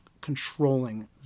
controlling